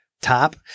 top